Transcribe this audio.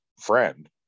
friend